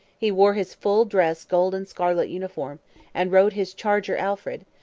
he wore his full-dress gold-and-scarlet uniform and rode his charger alfred,